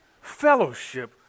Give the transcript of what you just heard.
fellowship